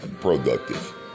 productive